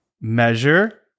Measure